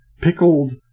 pickled